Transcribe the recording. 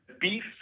beef